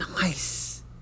Nice